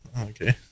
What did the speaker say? Okay